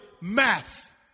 math